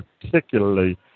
particularly